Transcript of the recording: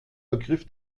ergriff